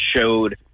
showed